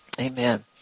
Amen